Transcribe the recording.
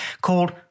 called